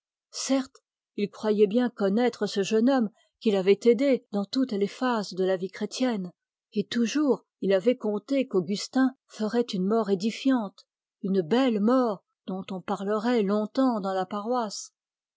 certes il croyait bien connaître ce jeune homme qu'il avait aidé dans toutes les phases de la vie chrétienne et toujours il avait compté qu'augustin ferait une mort édifiante une belle mort dont on parlait longtemps dans la paroisse